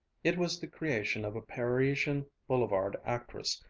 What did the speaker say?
it was the creation of a parisian boulevard actress,